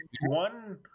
one